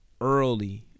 early